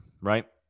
right